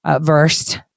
versed